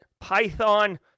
Python